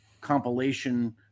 compilation